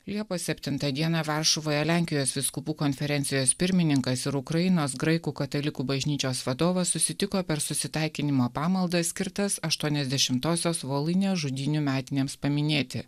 liepos septintą dieną varšuvoje lenkijos vyskupų konferencijos pirmininkas ir ukrainos graikų katalikų bažnyčios vadovas susitiko per susitaikinimo pamaldas skirtas aštuoniasdešimtosios voluinės žudynių metinėms paminėti